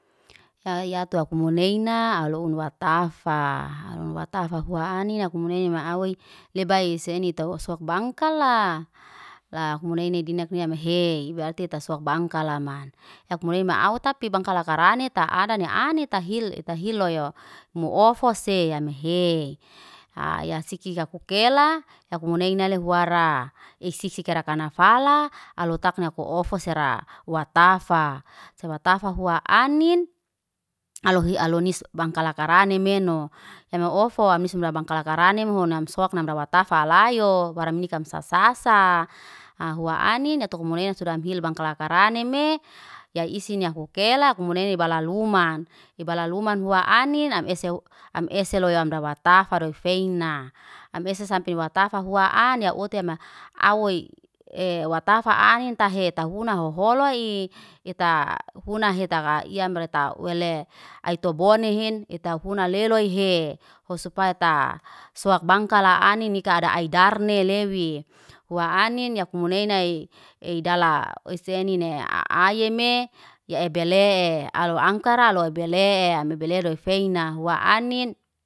Yak tua muneina aloun waktafa, aloun watafa hua anin, akumuneina. Awoy lebai seni tao sowak bangkala. La humuneine dinakni amahei, berarti ta sowak bangkalaman. Yak mulaima autape bangkalarane ta adane aneta ta hil, ita hil loyo. Mo ofose yamehe, la ya siki kafukela, yakumuneina lehuara. Ei sisik arakana fala, alow takna ko ofosera. Watafa seba tafa fua anin alohi alohi nis bangkalarane meno. Eme ofo am nis mbela bangkalarane mehon nam sowak na mera watafa alayoo, berem nikam sasasaa. A hua anin yato kemuna suda mhil bangkalarane me, ya isinia hukela akumune bala luman. Ebala luman hua anin, am ese am ese loy amra watafa roi feina. Am ese sampe watafa hua ane, otea am awoy e watafa anin tahe ta huna ho hoholi. Eta funa heta iyam reta wele, ai tobone hin eta funa leloy he. Hosupayata sowak bangkala aneni keada aiderne lewi, hua anin yak munenai edala esenine ayeme ya ebele e. Alo angkara loy bele e, am mebele loy feina hua anin.